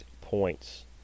points